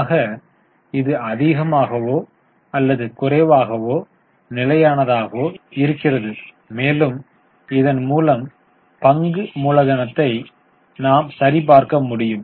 ஆக இது அதிகமாகவோ அல்லது குறைவாகவோ நிலையானதாக இருக்கிறது மேலும் இதன் மூலம் பங்கு மூலதனத்தை நாம் சரி பார்க்க முடியும்